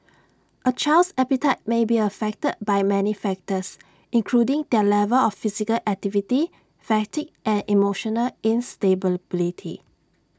A child's appetite may be affected by many factors including their level of physical activity fatigue and emotional instability